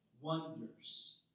wonders